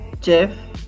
Jeff